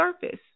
surface